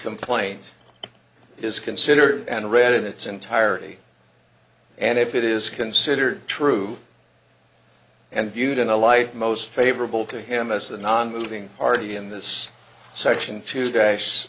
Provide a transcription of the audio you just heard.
complaint is considered and read in its entirety and if it is considered true and viewed in a light most favorable to him as the nonmoving party in this section t